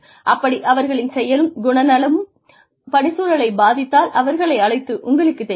அப்படி அவர்களின் செயலும் குணநலனும் பணிச்சூழலைப் பாதித்தால் அவர்களை அழைத்து 'உங்களுக்குத் தெரியுமா